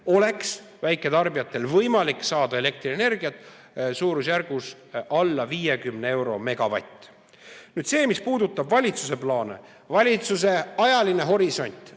oleks väiketarbijatel võimalik saada elektrienergiat suurusjärgus alla 50 euro megavati kohta. Nüüd sellest, mis puudutab valitsuse plaane. Valitsuse ajaline horisont